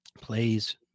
plays